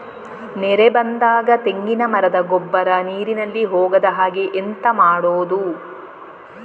ನೆರೆ ಬಂದಾಗ ತೆಂಗಿನ ಮರದ ಗೊಬ್ಬರ ನೀರಿನಲ್ಲಿ ಹೋಗದ ಹಾಗೆ ಎಂತ ಮಾಡೋದು?